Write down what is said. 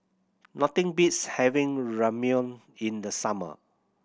nothing beats having Ramyeon in the summer